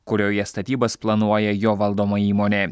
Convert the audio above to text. kurioje statybas planuoja jo valdoma įmonė